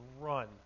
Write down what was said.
run